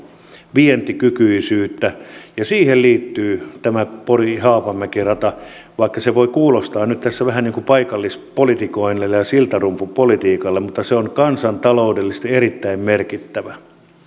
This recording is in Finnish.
vientikykyisyyttä ja siihen liittyy tämä pori haapamäki rata vaikka se voi kuulostaa nyt tässä vähän niin kuin paikallispolitikoinnille ja siltarumpupolitiikalle se on kansantaloudellisesti erittäin merkittävä